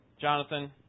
Jonathan